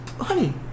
honey